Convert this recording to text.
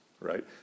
right